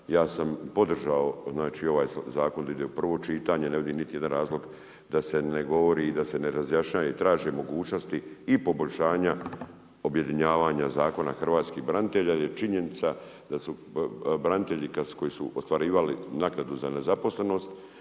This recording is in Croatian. ja sam podržao ovaj zakon da ide u prvo čitanje. Ne vidim niti jedan razlog da se ne govori i da se ne razjašnjava i traže mogućnosti i poboljšanja objedinjavanja Zakona o hrvatskim braniteljima jer je činjenica da su branitelji koji su ostvarivali naknadu za nezaposlenost